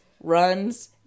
runs